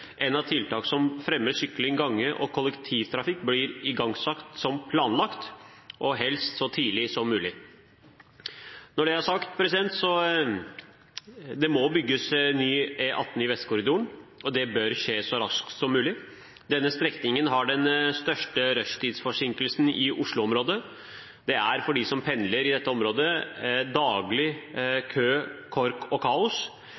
tiltak som fremmer sykling, gange og kollektivtrafikk, blir igangsatt som planlagt og helst så tidlig som mulig. Når det er sagt – det må bygges ny E18 Vestkorridoren, og det bør skje så raskt som mulig. Denne strekningen har den største rushtidsforsinkelsen i Oslo-området. Det er for de som pendler i dette området, daglig kø, kork og kaos,